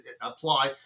apply